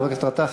חבר הכנסת גטאס,